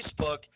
Facebook